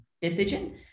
decision